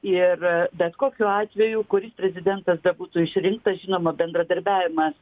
ir bet kokiu atveju kuris prezidentas bebūtų išrinktas žinoma bendradarbiavimas